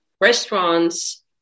restaurants